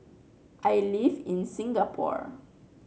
I live in Singapore